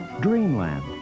Dreamland